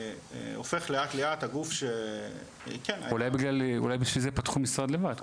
הופך לאט לאט הגוף ש- אולי בשביל זה פתחו משרד לבד,